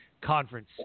Conference